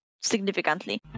significantly